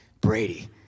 Brady